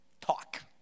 Talk